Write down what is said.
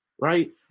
right